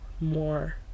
more